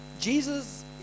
Jesus